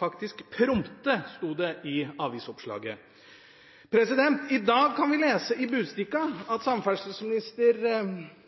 prompte sto det faktisk i avisoppslaget. I dag kan vi lese i Budstikka at